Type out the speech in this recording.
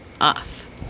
off